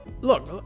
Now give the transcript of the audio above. look